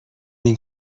این